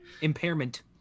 Impairment